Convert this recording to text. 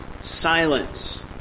silence